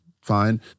fine